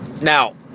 Now